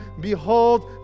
Behold